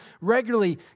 regularly